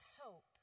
hope